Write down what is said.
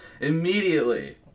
immediately